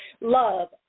love